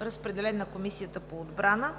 Разпределен е на Комисията по отбрана.